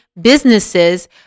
businesses